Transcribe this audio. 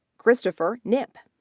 christopher knipp.